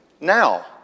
now